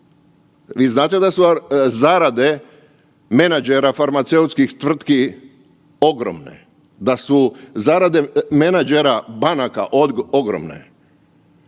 Vi znate da su zarade menadžera farmaceutskih tvrtki ogromne, da su zarade menadžera banaka ogromne,